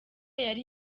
yari